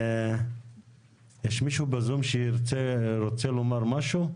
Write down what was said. יש מישהו בזום שרוצה לומר משהו?